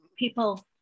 people